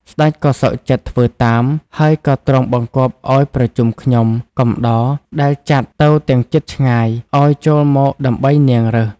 ស្តេចក៏សុខចិត្តធ្វើតាម ហើយក៏ទ្រង់បង្គាប់ឲ្យប្រជុំខ្ញុំ កំដរ ដែលចាត់ទៅទាំងជិតឆ្ងាយ ឲ្យចូលមកដើម្បីនាងរើស ។